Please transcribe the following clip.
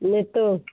Neetu